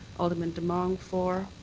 um and demong for.